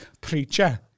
preacher